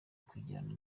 kugirana